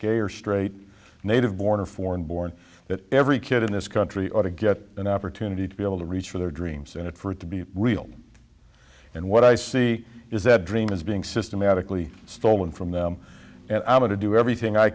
gay or straight native born or foreign born that every kid in this country ought to get an opportunity to be able to reach for their dreams and it for it to be real and what i see is that dream is being systematically stolen from them and i'm going to do everything i